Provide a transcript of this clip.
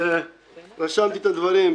רשמתי את הדברים,